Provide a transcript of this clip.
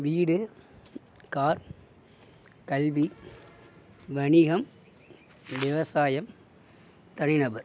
வீடு கார் கல்வி வணிகம் விவசாயம் தனி நபர்